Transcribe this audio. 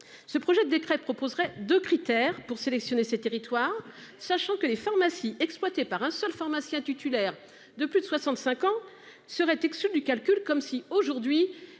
Ce projet de décret proposerait de critères pour sélectionner ses territoires sachant que les pharmacies exploitées par un seul pharmacien titulaire de plus de 65 ans seraient exclus du calcul comme si aujourd'hui